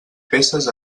peces